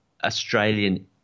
Australian